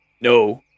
No